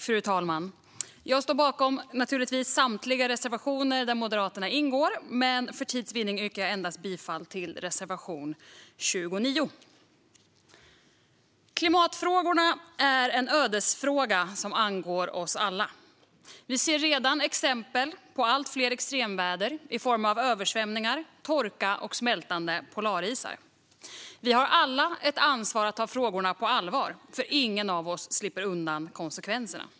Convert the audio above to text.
Fru talman! Jag står naturligtvis bakom samtliga reservationer där Moderaterna ingår, men för tids vinnande yrkar jag bifall endast till reservation 29. Klimatförändringarna är en ödesfråga som angår oss alla. Vi ser redan exempel på effekterna med allt fler extremväder i form av översvämningar, torka och smältande polarisar. Vi har alla ett ansvar att ta frågorna på allvar, för ingen av oss slipper undan konsekvenserna.